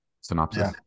synopsis